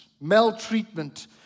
maltreatment